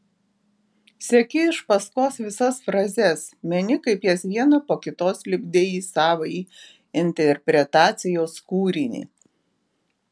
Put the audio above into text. seki iš paskos visas frazes meni kaip jas vieną po kitos lipdei į savąjį interpretacijos kūrinį